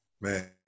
Man